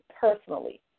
personally